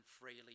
freely